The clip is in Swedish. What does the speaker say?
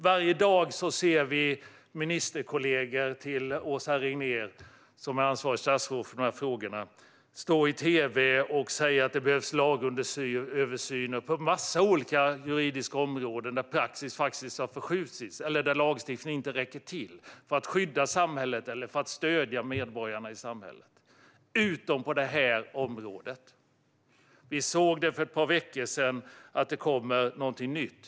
Varje dag ser vi ministerkollegor till Åsa Regnér, som är ansvarigt statsråd för frågorna, stå i tv och säga att det behövs lagöversyn på en massa olika juridiska områden där praxis har förskjutits eller där lagstiftningen inte räcker till för att skydda samhället eller för att stödja medborgarna - utom på detta område. Vi såg för ett par veckor sedan att det kommer någonting nytt.